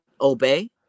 Obey